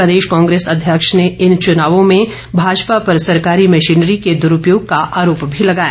प्रदेश कांग्रेस अध्यक्ष ने इन चुनावों में भाजपा पर सरकारी मशनीरी के दुरूपयोग का आरोप भी लगाया